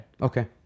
Okay